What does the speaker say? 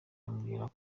abwira